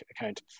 account